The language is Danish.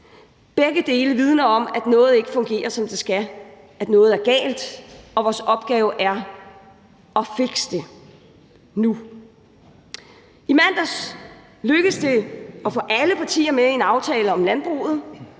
Begge dele vidner om, at noget ikke fungerer, som det skal, at der er noget galt, og vores opgave er at fikse det – nu. I mandags lykkedes det at få alle partier med i en aftale om landbruget,